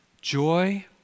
joy